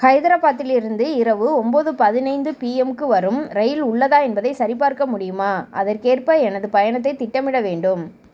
ஹைதராபாத்திலிருந்து இரவு ஒன்போது பதினைந்து பிஎம்க்கு வரும் இரயில் உள்ளதா என்பதைச் சரிபார்க்க முடியுமா அதற்கேற்ப எனது பயணத்தைத் திட்டமிட வேண்டும்